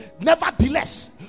nevertheless